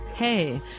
Hey